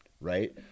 right